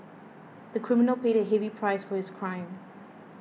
the criminal paid a heavy price for his crime